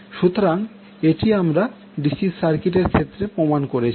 সুতরাং এটি আমরা ডিসি সার্কিট এর ক্ষেত্রে প্রমাণ করেছি